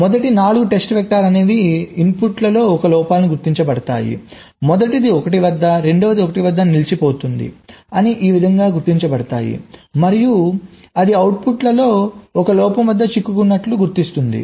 మొదటి 4 test vectors అనేవి ఇన్పుట్లలో 1 లోపాలను గుర్తించబడతాయి మొదటిది 1 వద్ద రెండవది 1 వద్ద నిలిచిపోతుంది అని ఈ విధముగా గుర్తించబడతాయి మరియు అది అవుట్పుట్లో 1 లోపం వద్ద చిక్కుకున్నట్లు గుర్తిస్తుంది